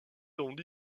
dans